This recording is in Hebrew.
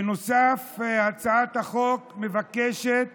בנוסף, הצעת החוק מבקשת